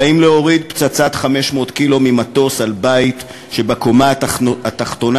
והאם להוריד פצצת 500 קילו ממטוס על בית שבקומה התחתונה